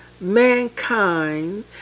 mankind